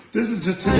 this is just to.